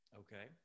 okay